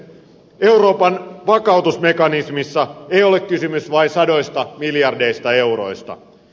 euroopan vakautusmekanismissa ei ole kysymys vain sadoista miljardeista euroista